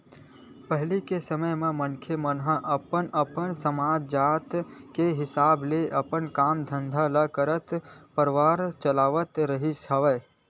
पहिली के समे म मनखे मन ह अपन अपन समाज, जात के हिसाब ले अपन काम धंधा ल करत परवार चलावत रिहिस हवय